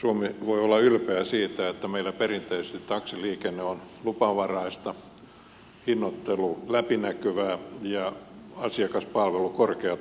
suomi voi olla ylpeä siitä että meillä perinteisesti taksiliikenne on luvanvaraista hinnoittelu läpinäkyvää ja asiakaspalvelu korkeatasoista